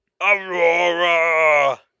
Aurora